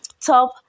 top